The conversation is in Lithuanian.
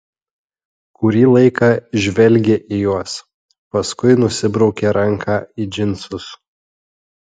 kurį laiką žvelgė į juos paskui nusibraukė ranką į džinsus